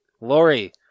Lori